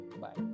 Bye